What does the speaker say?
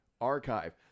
Archive